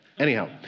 Anyhow